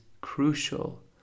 crucial